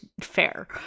fair